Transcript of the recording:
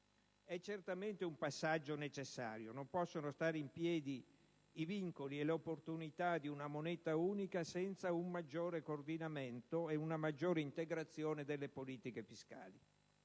È certamente un passaggio necessario. Non possono stare in piedi i vincoli e le opportunità di una moneta unica senza un maggiore coordinamento e una maggiore integrazione delle politiche fiscali.